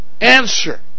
answer